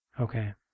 Okay